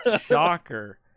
shocker